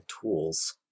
tools